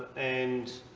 and,